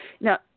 Now